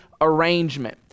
arrangement